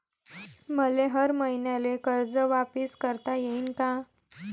मले हर मईन्याले कर्ज वापिस करता येईन का?